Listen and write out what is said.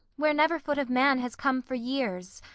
where never foot of man has come for years,